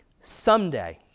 someday